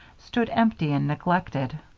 stood empty and neglected.